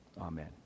Amen